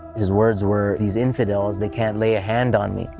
his words were, these infidels, they can't lay a hand on me. you